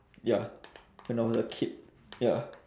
ya when I was a kid ya